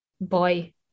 boy